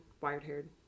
wired-haired